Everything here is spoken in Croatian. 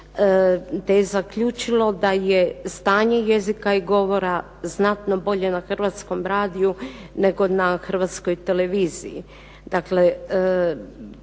te je zaključilo da je stanje jezika i govora znatno bolje na Hrvatskom radiju nego na Hrvatskoj televiziji,